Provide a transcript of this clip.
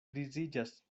griziĝas